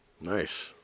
Nice